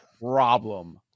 problem